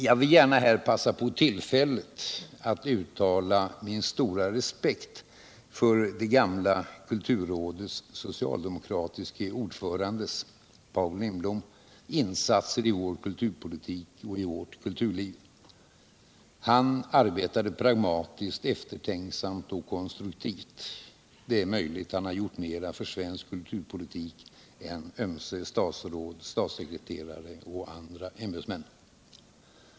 Jag vill gärna här passa på tillfället att uttala min stora respekt för det gamla kulturrådets socialdemokratiske ordförandes, Paul Lindblom, 4 än insatser i vår kulturpolitik och i vårt kulturliv. Han arbetade pragmatiskt, eftertänksamt och konstruktivt. Det är möjligt att han har gjon mera för svensk kulturpolitik än ömse statsråd, statssekreterare och andra ämbetsmän.